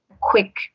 quick